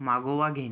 मागोवा घेणे